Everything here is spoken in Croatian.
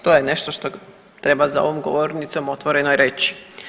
To je nešto što treba za ovom govornicom otvorenom i reći.